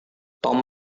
tom